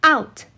Out